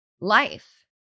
life